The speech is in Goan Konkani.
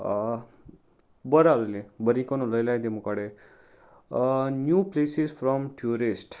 बरलोलें बरीकोन उलय लाय द मुखडे न्यू प्लेसीस फ्रॉम ट्युरिस्ट